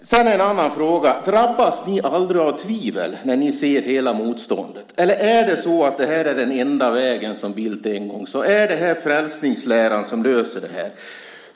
Så över till en annan fråga: Drabbas ni aldrig av tvivel när ni ser motståndet, eller är det här den enda vägen, som Bildt en gång sade? Är det här frälsningsläran som löser problemet?